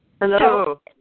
Hello